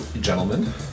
gentlemen